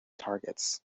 targets